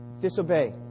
disobey